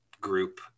group